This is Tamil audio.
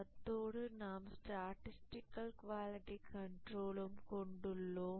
அத்தோடு நாம் ஸ்டட்டிஸ்டிகல் குவாலிட்டி கண்ட்ரோல் கொண்டுள்ளோம்